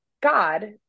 God